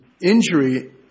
injury